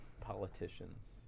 politicians